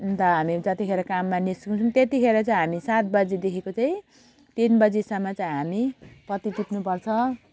अन्त हामी जतिखेर काममा निस्किन्छौँ त्यतिखेर चाहिँ हामी सात बजीदेखिको चाहिँ तिन बजीसम्म चाहिँ हामी पत्ती टिप्नुपर्छ